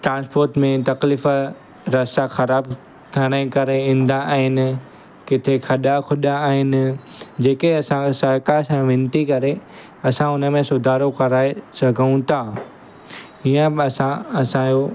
transport में तकलीफ़ रस्ता ख़राबु थियण जे करे ईंदा आहिनि किथे खॾा खुॾा आहिनि जेके असांखे सरकारि सां विनती करे असां हुन में सुधारो कराए सघूं था इअं बि असां असांजो